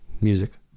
Music